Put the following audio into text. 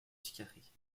psychiatriques